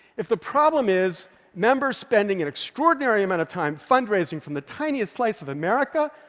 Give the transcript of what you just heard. if the problem is members spending an extraordinary amount of time fundraising from the tiniest slice of america,